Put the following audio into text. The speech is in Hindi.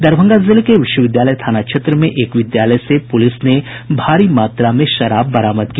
दरभंगा जिले के विश्वविद्यालय थाना क्षेत्र में एक विद्यालय से पुलिस ने भारी मात्रा में विदेशी शराब बरामद की